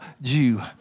Jew